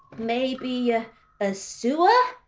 maybe a ah sewer?